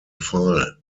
file